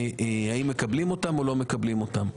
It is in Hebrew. האם מקבלים אותן או לא מקבלים אותן.